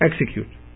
execute